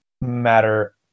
matter